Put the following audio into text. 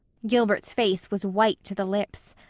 gilbert's face was white to the lips.